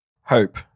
Hope